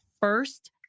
first